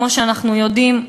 כמו שאנחנו יודעים,